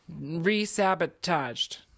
Re-sabotaged